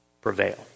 prevail